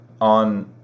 On